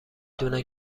دونن